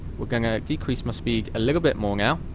we're gonna decrease my speed a little bit more now,